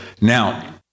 Now